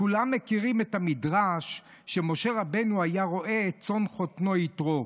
כולם מכירים את המדרש שמשה רבנו היה רועה את צאן חותנו יתרו,